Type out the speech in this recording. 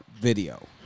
video